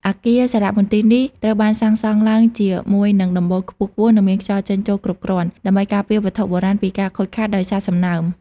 អគារសារមន្ទីរនេះត្រូវបានសាងសង់ឡើងជាមួយនឹងដំបូលខ្ពស់ៗ និងមានខ្យល់ចេញចូលគ្រប់គ្រាន់ ដើម្បីការពារវត្ថុបុរាណពីការខូចខាតដោយសារសំណើម។